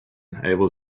able